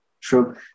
true